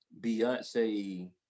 Beyonce